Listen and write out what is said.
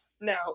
Now